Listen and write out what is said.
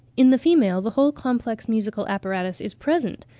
in the female the whole complex musical apparatus is present,